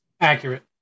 Accurate